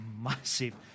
massive